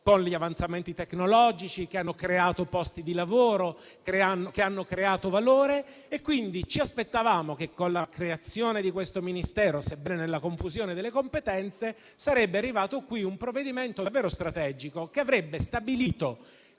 con gli avanzamenti tecnologici e hanno creato posti di lavoro e valore. Quindi, ci aspettavamo che con la creazione di questo Ministero, sebbene nella confusione delle competenze, sarebbe arrivato un provvedimento davvero strategico, che avrebbe stabilito